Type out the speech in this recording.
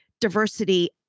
diversity